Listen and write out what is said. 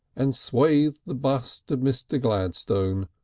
and swathed the bust of mr. gladstone,